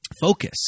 focus